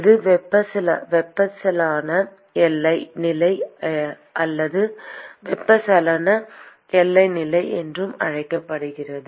இது வெப்பச்சலன எல்லை நிலை அல்லது வெப்பச்சலன எல்லை நிலை என்றும் அழைக்கப்படுகிறது